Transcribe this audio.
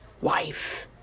wife